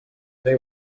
they